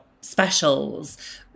specials